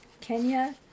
Kenya